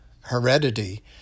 heredity